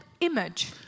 image